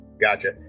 gotcha